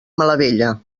malavella